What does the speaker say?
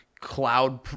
cloud